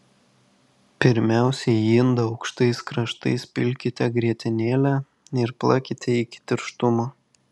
pirmiausia į indą aukštais kraštais pilkite grietinėlę ir plakite iki tirštumo